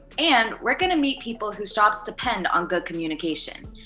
and we're going to meet people whose jobs depend on good communication.